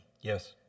Yes